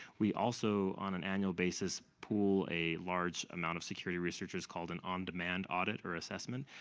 we also, on an annual basis, pool a large amount of security researchers called an on-demand audit or assessment.